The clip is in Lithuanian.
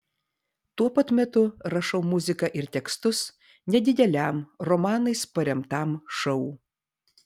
tuo pat metu rašau muziką ir tekstus nedideliam romanais paremtam šou